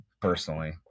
personally